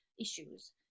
issues